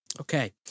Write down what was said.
Okay